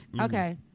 okay